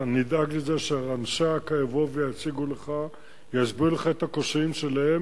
אני אדאג לזה שאנשי אכ"א יבואו ויציגו לך ויסבירו לך את הקשיים שלהם,